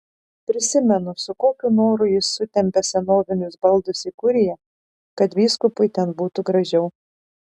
prisimenu su kokiu noru jis sutempė senovinius baldus į kuriją kad vyskupui ten būtų gražiau